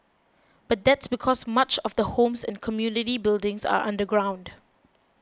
but that's because much of the homes and community buildings are underground